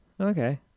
Okay